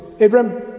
Abram